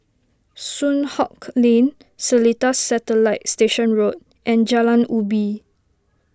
Soon Hock Lane Seletar Satellite Station Road and Jalan Ubi